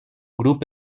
grup